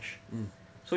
hmm